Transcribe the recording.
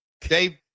Dave